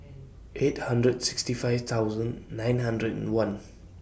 eight hundred and sixty five thousand nine hundred and one